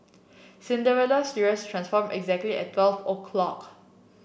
Cinderella's dress transformed exactly at twelve o' clock